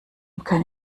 kann